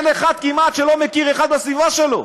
כמעט אין אחד שלא מכיר, בסביבה שלו.